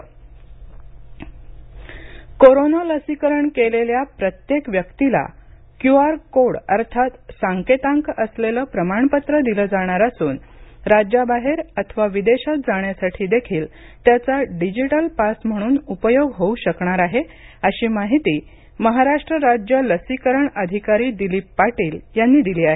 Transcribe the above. corona लसीकरण corona लसीकरण केलेल्या प्रत्येक व्यक्तीला क्यू आर कोड अर्थात सांकेतांक असलेलं प्रमाणपत्र दिलं जाणार असून राज्याबाहेर अथवा विदेशात जाण्यासाठी देखील त्याचा डिजिटल पास म्हणून उपयोग होऊ शकणार आहे अशी माहिती महाराष्ट्राज्य लसीकरण अधिकारी दिलीप पाटील यांनी दिली आहे